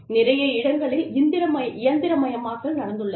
நிறைய இடங்களில் இயந்திரமயமாக்கல் நடந்துள்ளது